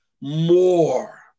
more